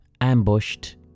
ambushed